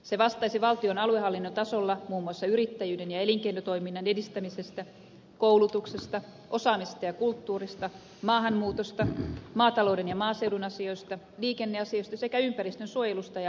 se vastaisi valtion aluehallinnon tasolla muun muassa yrittäjyyden ja elinkeinotoiminnan edistämisestä koulutuksesta osaamisesta ja kulttuurista maahanmuutosta maatalouden ja maaseudun asioista liikenneasioista sekä ympäristönsuojelusta ja alueiden käytöstä